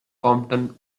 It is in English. compton